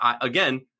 Again